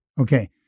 Okay